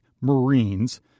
Marines